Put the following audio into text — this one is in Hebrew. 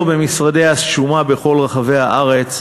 ולבקר במשרדי השומה בכל רחבי הארץ.